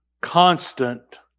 constant